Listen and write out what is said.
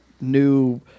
new